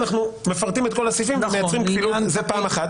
ובאדם עם מוגבלות